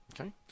Okay